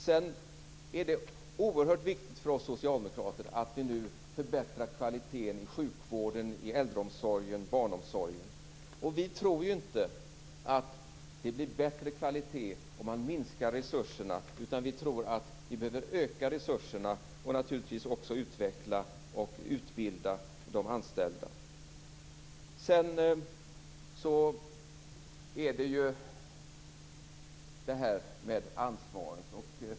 Det är oerhört viktigt för oss socialdemokrater att vi nu förbättrar kvaliteten i sjukvården, äldreomsorgen och barnomsorgen. Och vi tror inte att det blir bättre kvalitet om man minskar resurserna. Vi tror att vi behöver öka resurserna - och naturligtvis också utveckla och utbilda de anställda. Sedan är det ju det här med ansvaret.